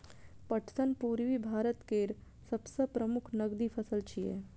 पटसन पूर्वी भारत केर सबसं प्रमुख नकदी फसल छियै